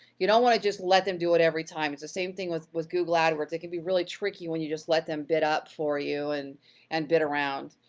you don't wanna just let them do it every time, it's the same thing with with google adwords, it can be really tricky when you just let them bid up for you and and bid around.